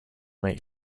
make